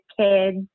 kids